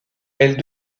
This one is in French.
elle